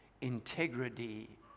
integrity